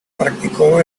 practicó